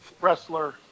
wrestler